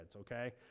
okay